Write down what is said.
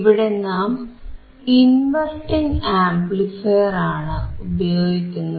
ഇവിടെ നാം ഇൻവെർട്ടിംഗ് ആംപ്ലിഫയറാണ് ഉപയോഗിക്കുന്നത്